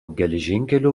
geležinkelių